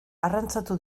arrantzatu